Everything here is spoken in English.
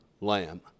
lamb